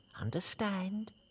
Understand